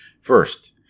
First